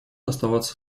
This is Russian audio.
оставаться